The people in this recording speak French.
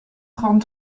trente